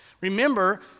Remember